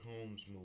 Holmes